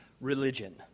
religion